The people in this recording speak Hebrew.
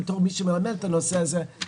בתור מי שמלמד את הנושא הזה,